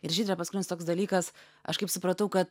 ir žydre paskutinis toks dalykas aš kaip supratau kad